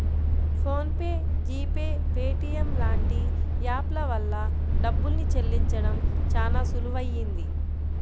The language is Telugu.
phone pay, GPay, Paytm లాంటి యాప్ ల వల్ల డబ్బుల్ని చెల్లించడం చానా సులువయ్యింది